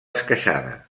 esqueixada